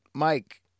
Mike